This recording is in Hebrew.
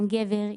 גבר,